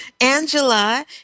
Angela